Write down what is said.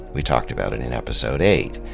we talked about it in episode eight.